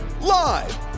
Live